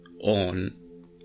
on